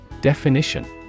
Definition